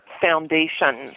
Foundation